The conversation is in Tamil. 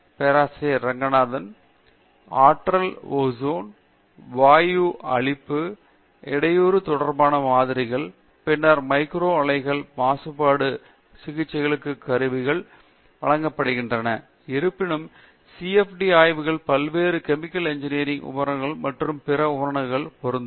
பேராசிரியர் டி ரெங்கநாதன் ஆற்றல் ஓசோன் வாயுஅளிப்பு இடையூறு தொடர்பான மாதிரிகள் பின்னர் மைக்ரோ உலைகள் மாசுபாடு சிகிச்சை கருவிகளுக்கு வழங்கப்படுகின்றன இருப்பினும் CFD ஆய்வுகள் பல்வேறு கெமிக்கல் இன்ஜினியரிங் உபகரணம் மற்றும் பிற உபகரணங்களுக்கும் பொருந்தும்